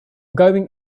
going